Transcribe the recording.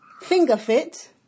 finger-fit